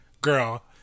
girl